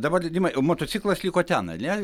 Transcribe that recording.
dabar rimai motociklas liko ten ane